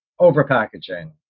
overpackaging